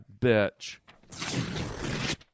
bitch